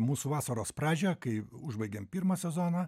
mūsų vasaros pradžią kai užbaigėm pirmą sezoną